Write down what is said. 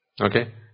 Okay